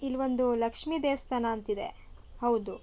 ಇಲ್ಲಿ ಒಂದು ಲಕ್ಷ್ಮಿ ದೇವಸ್ಥಾನ ಅಂತಿದೆ ಹೌದು